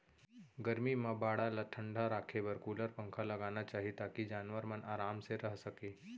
गरमी म बाड़ा ल ठंडा राखे बर कूलर, पंखा लगाना चाही ताकि जानवर मन आराम से रह सकें